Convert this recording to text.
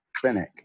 Clinic